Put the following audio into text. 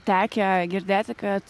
tekę girdėti kad